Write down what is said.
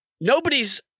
nobody's